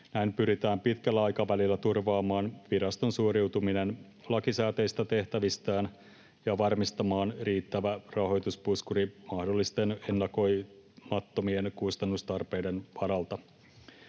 Näin pyritään pitkällä aikavälillä turvaamaan viraston suoriutuminen lakisääteisistä tehtävistään ja varmistamaan riittävä rahoituspuskuri mahdollisten ennakoimattomien kustannustarpeiden varalta.